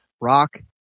rock